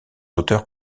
auteurs